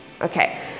okay